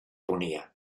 ponía